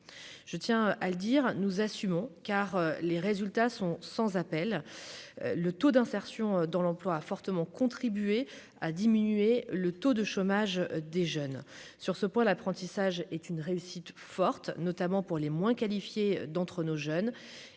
je tiens à le dire, nous assumons car les résultats sont sans appel : le taux d'insertion dans l'emploi a fortement contribué à diminuer le taux de chômage des jeunes, sur ce point, l'apprentissage est une réussite, fortes, notamment pour les moins qualifiés d'entre nos jeunes